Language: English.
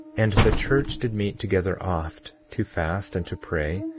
and the church did meet together oft, to fast and to pray,